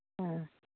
ꯑꯥ